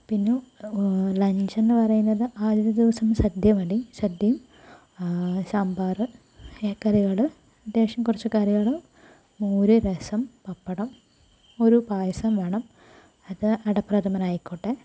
പിന്നെ ലഞ്ചെന്നു പറയുന്നത് ആദ്യത്തെ ദിവസം സദ്യ മതി സദ്യയും സാമ്പാർ ഇലക്കറികൾ അത്യാവശ്യം കുറച്ച് കറികളും മോര് രസം പപ്പടം ഒരു പായസം വേണം അത് അടപ്രഥമനായിക്കോട്ടെ